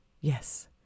Yes